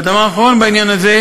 והדבר האחרון בעניין הזה: